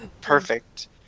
Perfect